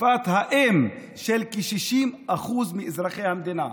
שפת האם של כ-60% מאזרחי המדינה.